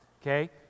okay